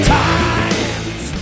times